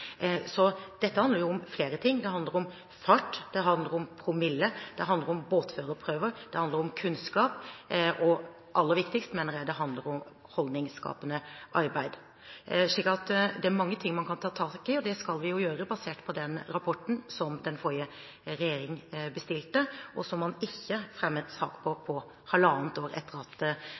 Dette handler om flere ting. Det handler om fart, det handler om promille, det handler om båtførerprøver, det handler om kunnskap, og – aller viktigst, mener jeg – det handler om holdningsskapende arbeid. Det er mange ting man kan ta tak i, og det skal vi gjøre basert på rapporten som den forrige regjeringen bestilte, og som de ikke fremmet sak om på halvannet år etter at